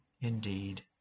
indeed